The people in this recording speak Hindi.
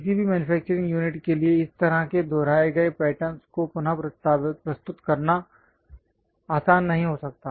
किसी भी मैन्युफैक्चरिंग यूनिट के लिए इस तरह के दोहराए गए पैटर्नस् को पुन प्रस्तुत करना आसान नहीं हो सकता है